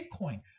Bitcoin